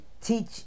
teach